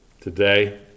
today